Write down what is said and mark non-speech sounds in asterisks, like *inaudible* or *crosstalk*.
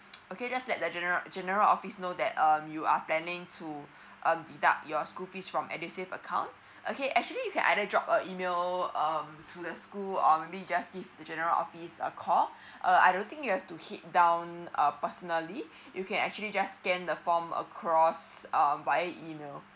okay just let that general general office know that um you are planning to *breath* um deduct your school fees from edusave account *breath* okay actually you can either drop a email um to the school or maybe just give the general office a call *breath* uh I don't think you have to hit down uh personally *breath* you can actually just scan the form across uh via email